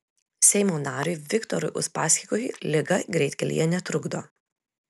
seimo nariui viktorui uspaskichui liga greitkelyje netrukdo